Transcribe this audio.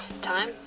Time